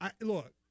look